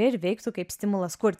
ir veiktų kaip stimulas kurti